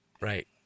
right